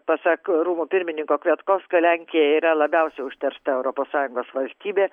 pasak rūmų pirmininko kvietkovskio lenkija yra labiausiai užteršta europos sąjungos valstybė